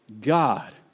God